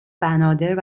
بنادر